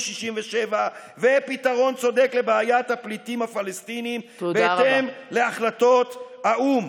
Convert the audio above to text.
67' ופתרון צודק לבעיית הפליטים הפלסטינים בהתאם להחלטות האו"ם.